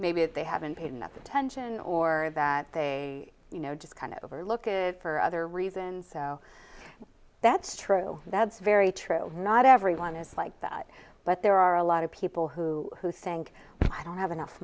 maybe that they haven't paid enough attention or that they you know just kind of overlook it for other reasons so that's true that's very true not everyone is like that but there are a lot of people who think i don't have enough